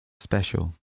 special